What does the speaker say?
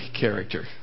character